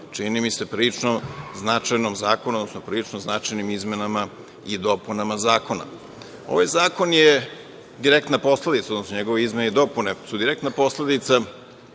čini mi se, prilično značajnom zakonu, odnosno prilično značajnim izmenama i dopunama zakona. Ovaj zakon je direktna posledica odnosno njegove izmene i dopune, a koje su direktna posledica